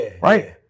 Right